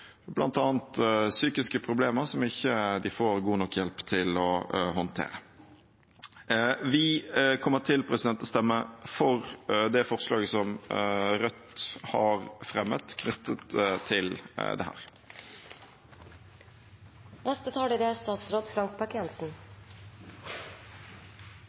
psykiske problemer som de ikke får god nok hjelp til å håndtere. Vi kommer til å stemme for det forslaget som Rødt har fremmet knyttet til dette. Bare avslutningsvis: Ombudsmannen for Forsvaret er